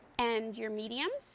and your medium.